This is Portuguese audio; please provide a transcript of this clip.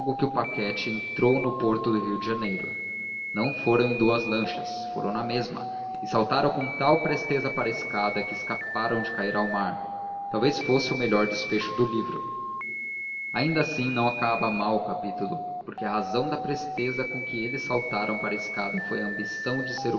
que o paquete entrou no porto do rio de janeiro não foram em duas lanchas foram na mesma e saltaram com tal presteza para a escada que escaparam de cair ao mar talvez fosse o melhor desfecho do livro ainda assim não acaba mal o capítulo porque a razão da presteza com que eles saltaram para a escada foi a ambição de ser